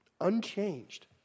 Unchanged